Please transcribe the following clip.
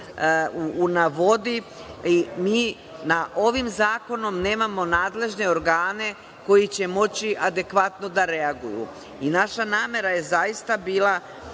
na vodi. Mi ovim zakonom nemamo nadležne organe koji će moći adekvatno da reaguju. Naša namera je zaista bila